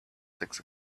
six